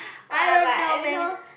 I don't know meh